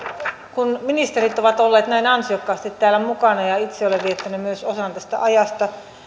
kun ministerit ovat olleet näin ansiokkaasti täällä mukana ja myös itse olen viettänyt osan tästä ajasta